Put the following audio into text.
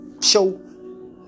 show